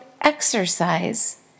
exercise